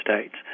States